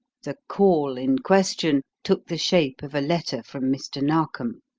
the call in question took the shape of a letter from mr. narkom.